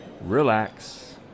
Relax